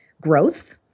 growth